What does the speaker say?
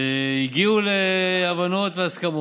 הגיעו להבנות והסכמות,